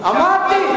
אמרתי.